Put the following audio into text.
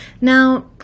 Now